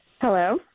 Hello